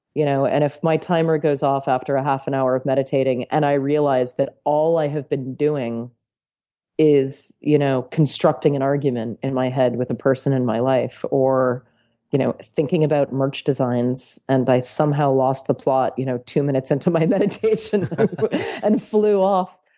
you know and if my timer goes off after a half an hour of meditating, and i realize that all i have been doing is you know constructing an argument in my head with a person in my life or you know thinking about merch designs, and i somehow lost the plot you know two minutes into my meditation and flew off,